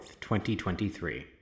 2023